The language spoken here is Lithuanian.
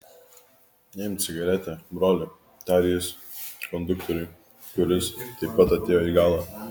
imk cigaretę broli tarė jis konduktoriui kuris taip pat atėjo į galą